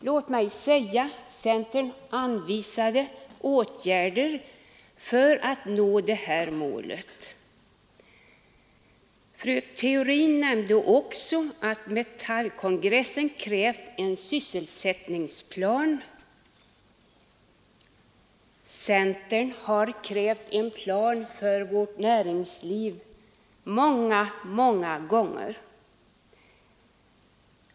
Låt mig påpeka att centern anvisade åtgärder för att nå det här målet. Fru Theorin nämnde också att Metallkongressen krävt en sysselsättningsplan. Centern har krävt en plan för vårt näringsliv många, många gånger.